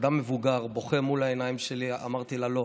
אדם מבוגר בוכה מול העיניים שלי: אמרתי לה לא,